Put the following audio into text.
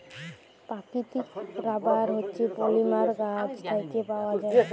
পাকিতিক রাবার হছে পলিমার গাহাচ থ্যাইকে পাউয়া যায়